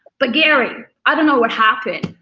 but gary, i don't know what happened,